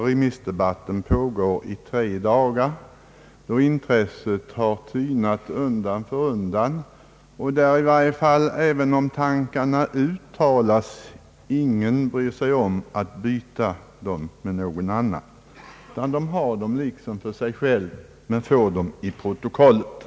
Remissdebatten pågår i tre da gar, intresset tynar undan för undan, och även om tankarna uttalas bryr sig ingen om att byta dem med någon annan, utan man har dem liksom för sig själv, men man får dem in i protokollet.